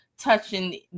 touching